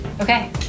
okay